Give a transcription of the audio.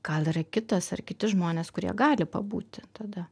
gal yra kitas ar kiti žmonės kurie gali pabūti tada